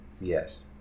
Yes